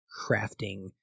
crafting